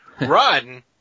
run